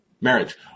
marriage